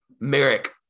Merrick